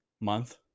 month